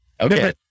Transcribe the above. Okay